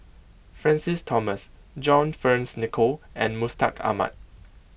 Francis Thomas John Fearns Nicoll and Mustaq Ahmad